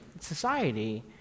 society